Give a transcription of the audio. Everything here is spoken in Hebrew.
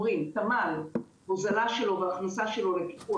הוא אירוע מתמשך בחברה הישראלית,